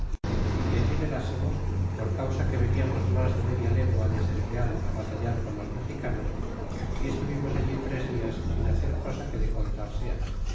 é que allí velásemos por causa que veníamos mas de media legua desde el real á batallar con los mexicanos y estuvimos allí tres dias sin hacer cosa que de contar sea